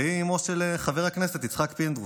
והיא אימו של חבר הכנסת יצחק פינדרוס.